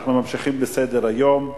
אנחנו ממשיכים בסדר-היום,